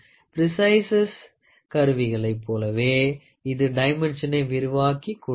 prices கருவிகளைப் போலவே இது டைமென்ஷனை விரிவாக்கி கொடுக்கும்